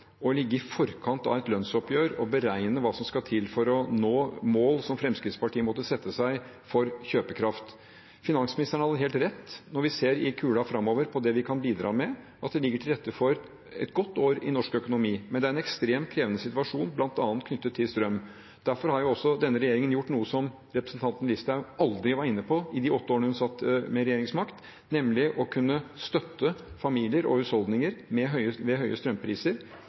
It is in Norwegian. å ligge i forkant av et lønnsoppgjør og beregne hva som skal til for å nå mål som Fremskrittspartiet måtte sette seg for kjøpekraft. Finansministeren hadde helt rett når vi ser i kula framover på det vi kan bidra med, at det ligger til rette for et godt år i norsk økonomi. Men det er en ekstremt krevende situasjon bl.a. knyttet til strøm. Derfor har denne regjeringen gjort noe som representanten Listhaug aldri var inne på i de åtte årene hun satt med regjeringsmakt, nemlig å støtte familier og husholdninger ved høye strømpriser